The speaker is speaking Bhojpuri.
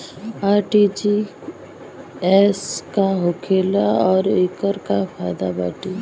आर.टी.जी.एस का होखेला और ओकर का फाइदा बाटे?